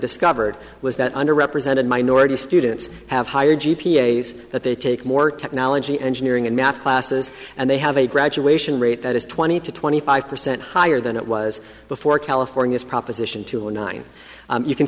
discovered was that under represented minority students have higher g p a that they take more technology engineering and math classes and they have a graduation rate that is twenty to twenty five percent higher than it was before california's proposition two o nine you can